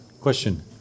Question